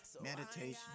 meditation